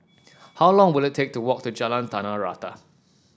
how long will it take to walk to Jalan Tanah Rata